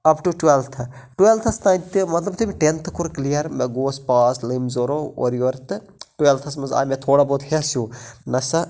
up to ٹُوٮ۪لتھٕ ٹُوٮ۪لتھس تانۍ تہِ مطلب یُتھٕے مےٚ ٹٮ۪تھٕ کوٚر کٔرِیر مےٚ گوس پاس لٔم زورو اورٕ یور تہٕ ٹُوٮ۪لتھس منٛز آے مےٚ تھوڑا بیت ہٮ۪س ہیو نَسا